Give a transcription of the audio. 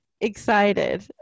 excited